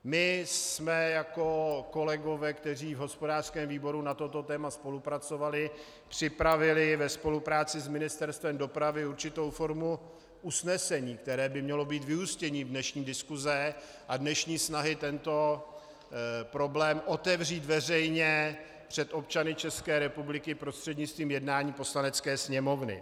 My jsme jako kolegové, kteří v hospodářském výboru na toto téma spolupracovali, připravili ve spolupráce s Ministerstvem dopravy určitou formu usnesení, které by mělo být vyústěním dnešní diskuse a dnešní snahy tento problém otevřít veřejně před občany ČR prostřednictvím jednání Poslanecké sněmovny.